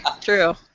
True